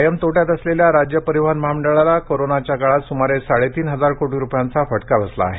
कायम तोट्यात असलेल्या राज्य परिवहन महामंडळाला कोरोनाच्या काळात सुमारे साडेतीन हजार कोटी रुपयांचा फटका बसला आहे